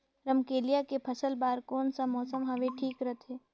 रमकेलिया के फसल बार कोन सा मौसम हवे ठीक रथे?